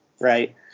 right